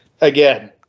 Again